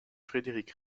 frédéric